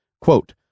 quote